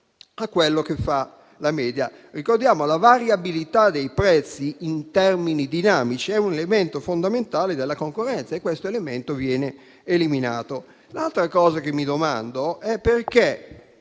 a quello che fa la media: ricordiamoci che la variabilità dei prezzi in termini dinamici è un elemento fondamentale della concorrenza e questo elemento viene eliminato. L'altra cosa che mi domando è perché